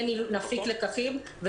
כן נפיק לקחים,